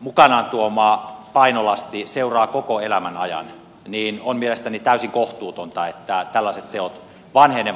mukanaan tuoma painolasti seuraa koko elämän ajan niin on mielestäni täysin kohtuutonta että tällaiset teot vanhenevat